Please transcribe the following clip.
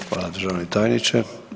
Hvala državni tajniče.